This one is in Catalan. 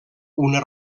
una